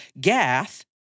Gath